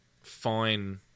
fine